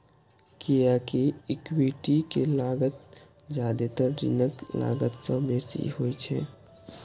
कियैकि इक्विटी के लागत जादेतर ऋणक लागत सं बेसी होइ छै